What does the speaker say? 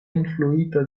influita